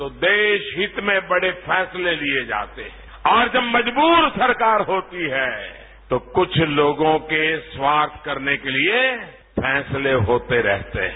तो देश हित में बड़े फैसले लिये जाते हैं और जब मजबूर सरकार होती है तो कुछ लोगों के स्वार्थ करने के लिए फैसले होते रहते हैं